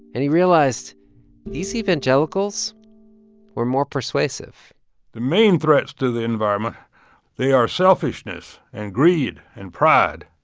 and he realized these evangelicals were more persuasive the main threats to the environment they are selfishness and greed and pride.